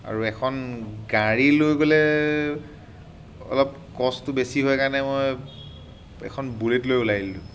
আৰু এখন গাড়ী লৈ গ'লে অলপ ক'ষ্টটো বেছি হয় কাৰণে মই এখন বুলেট লৈ ওলাই দিলোঁ